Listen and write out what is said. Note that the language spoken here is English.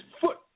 foot